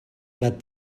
but